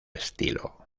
estilo